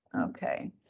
Okay